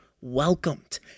welcomed